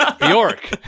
York